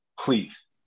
please